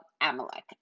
Amalek